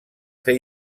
fer